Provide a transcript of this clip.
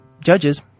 judges